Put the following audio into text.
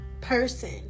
person